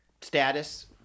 Status